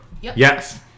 Yes